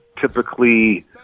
typically